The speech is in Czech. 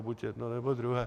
Buď jedno, nebo druhé.